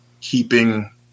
keeping